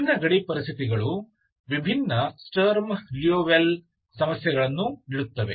ವಿಭಿನ್ನ ಗಡಿ ಪರಿಸ್ಥಿತಿಗಳು ವಿಭಿನ್ನ ಸ್ಟರ್ಮ್ ಲಿಯೋವಿಲ್ಲೆ ಸಮಸ್ಯೆಗಳನ್ನು ನೀಡುತ್ತದೆ